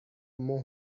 مهر